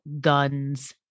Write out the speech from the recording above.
guns